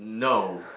no